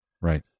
Right